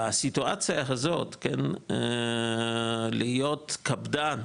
בסיטואציה הזאת, להיות קפדן,